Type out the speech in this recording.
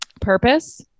Purpose